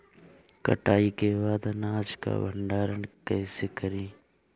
कटाई के बाद अनाज का भंडारण कईसे करीं?